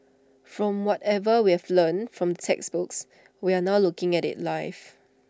from whatever we've learnt from textbooks we're now looking at IT live